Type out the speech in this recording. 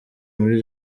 muri